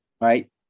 right